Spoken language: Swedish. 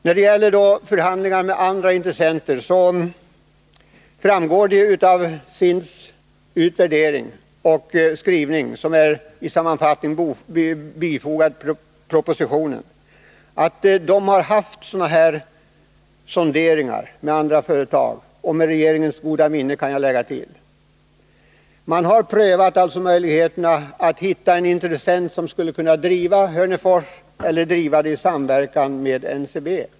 När det gäller förhandlingar med andra intressenter framgår det av SIND:s utvärdering och skrivning, av vilken en sammanfattning har bifogats propositionen, att det, med regeringens goda minne f. ö., gjorts sonderingar i andra företag. Man har alltså prövat möjligheterna att hitta en intressent som, ensam eller i samverkan med NCB, skulle kunna driva Hörnefors.